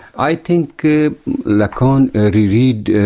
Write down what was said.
i think ah lacan reread